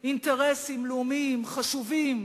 קיימים אינטרסים לאומיים חשובים,